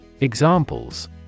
Examples